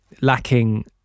lacking